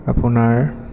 আপোনাৰ